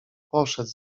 poszedł